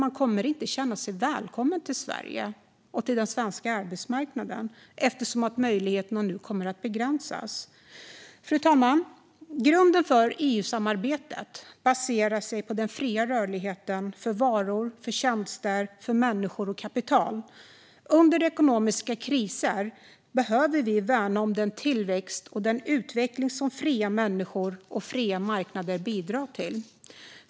Man kommer inte att känna sig välkommen till Sverige och den svenska arbetsmarknaden, eftersom möjligheterna nu kommer att begränsas. Fru talman! Grunden för EU-samarbetet baserar sig på den fria rörligheten för varor, tjänster, människor och kapital. Under ekonomiska kriser behöver vi värna om den tillväxt och utveckling som fria människor och fria marknader bidrar till.